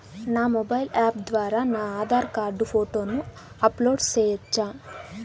నా mobile app ద్వారా నా ఆధార్ కార్డు ఫోటోను అప్లోడ్ సేయొచ్చా?